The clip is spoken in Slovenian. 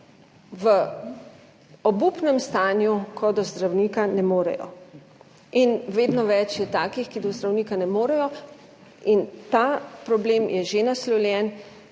v obupnem stanju, ko do zdravnika ne morejo in vedno več je takih, ki do zdravnika ne morejo, ta problem je že naslovljen